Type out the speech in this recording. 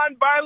nonviolent